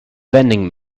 vending